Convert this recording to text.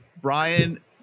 Brian